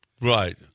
right